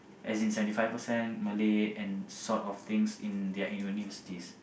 as in seventy five percent Malay and sort of things in their universities